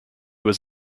was